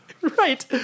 right